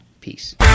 Peace